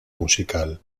musical